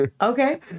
Okay